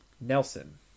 Nelson